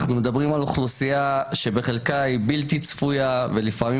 אנחנו מדברים על האוכלוסייה שבחלקה היא בלתי צפויה ולפעמים